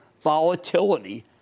volatility